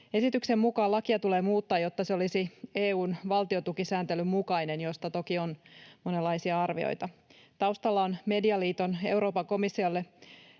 Esityksen mukaan lakia tulee muuttaa, jotta se olisi EU:n valtiontukisääntelyn mukainen — mistä toki on monenlaisia arvioita. Taustalla on Medialiiton Euroopan komissiolle